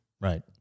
Right